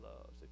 loves